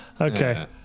Okay